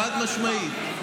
חד-משמעית.